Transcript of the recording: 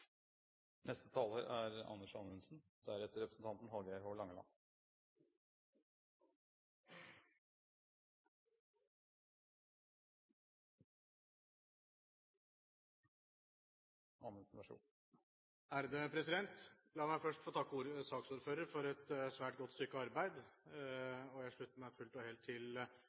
neste storting slutter seg til dette. La meg først få takke saksordføreren for et svært godt stykke arbeid. Jeg slutter meg fullt og helt til